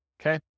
Okay